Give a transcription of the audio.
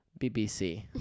BBC